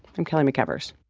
i'm kelly mcevers